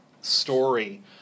story